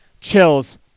chills